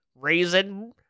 raisin